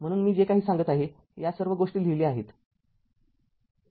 म्हणून मी जे काही सांगत आहे या सर्व गोष्टी लिहिल्या आहेत